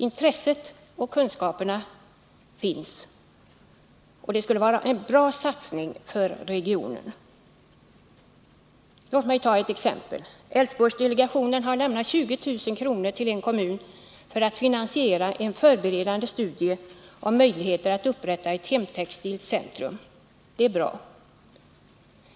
Intresset och kunskaperna finns, och det skulle vara en bra satsning för regionen. Låt mig ta ett exempel. Älvsborgsdelegationen har lämnat 20 000 kr. till en kommun för att finansiera en förberedande studie om möjligheter att upprätta ett hemtextilt centrum. Det är bra.